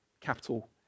capital